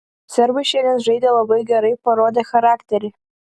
serbai šiandien žaidė labai gerai parodė charakterį